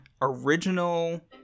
original